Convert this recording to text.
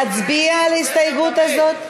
להצביע על ההסתייגות הזאת?